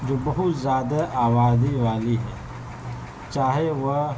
جو بہت زیادہ آبادی والی ہے چاہے وہ